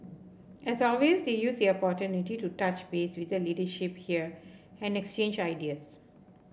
as always they used the opportunity to touch base with the leadership here and exchange ideas